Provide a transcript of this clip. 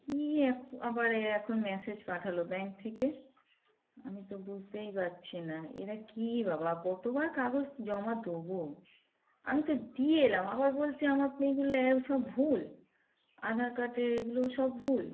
কী এক আবার এখন মেসেজ পাঠালো ব্যাঙ্ক থেকে আমি তো বুঝতেই পারছি না এরা কী বাবা কতবার কাগজ জমা দেবো আমি তো দিয়ে এলাম আবার বলছে আমার মেয়েগুলো সব ভুল আধার কার্ডের এগুলো সব ভুল